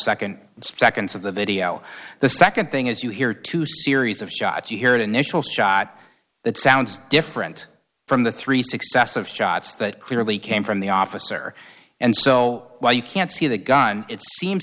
second seconds of the video the second thing is you hear two series of shots you hear it initial shot that sounds different from the three successive shots that clearly came from the officer and so while you can't see the gun it seems